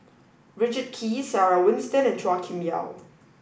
Richard Kee Sarah Winstedt and Chua Kim Yeow